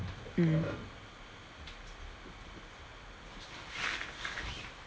mmhmm